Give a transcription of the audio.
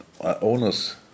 owners